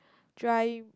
dry